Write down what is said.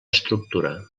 estructura